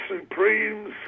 Supremes